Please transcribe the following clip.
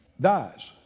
dies